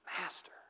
master